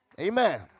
Amen